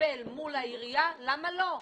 לטפל מול העירייה, למה לא?